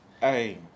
Hey